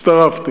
הצטרפתי,